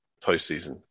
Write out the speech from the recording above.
postseason